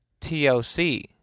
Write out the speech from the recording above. TLC